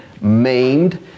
maimed